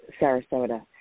Sarasota